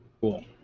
Cool